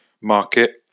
market